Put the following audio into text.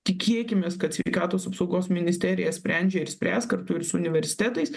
tikėkimės kad sveikatos apsaugos ministerija sprendžia ir spręs kartu ir su universitetais